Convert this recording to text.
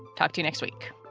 talk to you next week